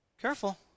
Careful